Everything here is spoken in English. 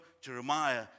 Jeremiah